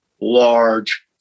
large